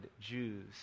Jews